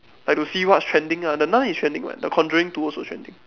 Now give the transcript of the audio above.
like to see what's trending ah the nun is trending [what] the conjuring two also trending